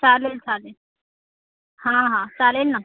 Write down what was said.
चालेल चालेल हां हां चालेल ना